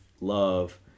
love